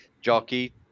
jockey